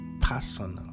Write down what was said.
personal